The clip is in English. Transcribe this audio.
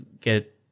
get